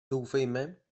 doufejme